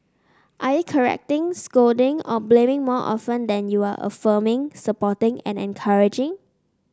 are you correcting scolding or blaming more often than you are affirming supporting and encouraging